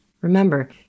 Remember